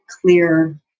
clear